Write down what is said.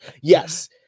yes